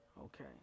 Okay